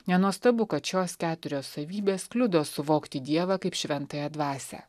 nenuostabu kad šios keturios savybės kliudo suvokti dievą kaip šventąją dvasią